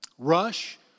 Rush